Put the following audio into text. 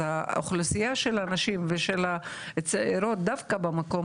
אז האוכלוסייה של הנשים והצעירות דווקא במקום